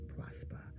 prosper